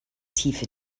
tiefe